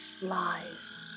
lies